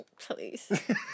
Please